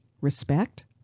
respect